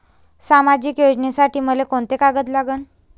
सामाजिक योजनेसाठी मले कोंते कागद लागन?